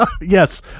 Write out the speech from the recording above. Yes